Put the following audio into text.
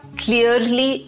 clearly